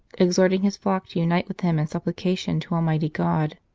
exhorting his flock to unite with him in supplication to almighty god.